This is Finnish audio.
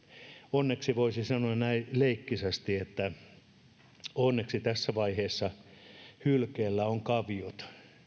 onneksi voisi sanoa näin leikkisästi tässä vaiheessa hylkeellä on kaviot